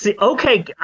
Okay